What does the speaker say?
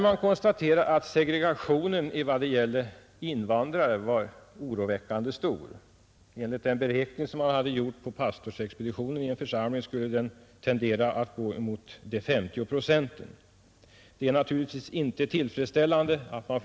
Man konstaterar att segregationen av invandrare var oroväckande stor. Enligt en beräkning som hade gjorts på pastorsexpeditionen i församlingen skulle den tendera att gå emot 50 procent. Det är naturligtvis inte tillfredsställande.